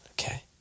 Okay